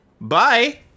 Bye